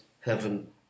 heaven